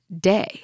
day